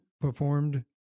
performed